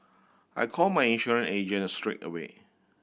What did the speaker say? I called my insurance agent straight away